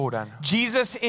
Jesus